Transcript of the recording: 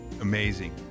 amazing